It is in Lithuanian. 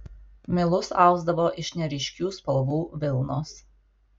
milus ausdavo iš neryškių spalvų vilnos